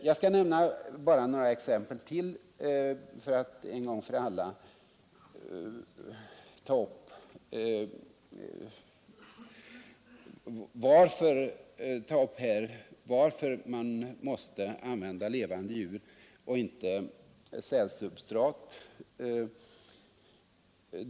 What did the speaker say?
Jag skall bara nämna några exempel till för att en gång för alla förklara varför man måste använda levande djur och inte cellsubstrat.